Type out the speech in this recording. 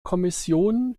kommission